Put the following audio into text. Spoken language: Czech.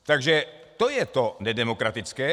Takže to je to nedemokratické.